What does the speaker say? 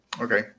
okay